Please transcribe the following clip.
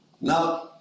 Now